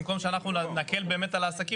במקום שאנחנו נקל באמת על העסקים.